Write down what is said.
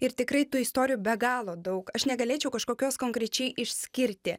ir tikrai tų istorijų be galo daug aš negalėčiau kažkokios konkrečiai išskirti